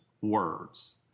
words